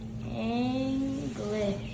English